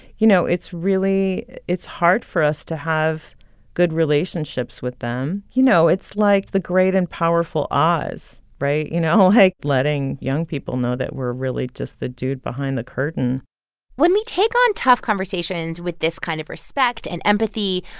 you know, it's really it's hard for us to have good relationships with them. you know, it's like the great and powerful oz right? you know, like, letting young people know that we're really just the dude behind the curtain when we take on tough conversations with this kind of respect and empathy,